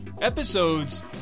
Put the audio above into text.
Episodes